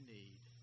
need